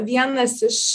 vienas iš